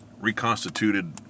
reconstituted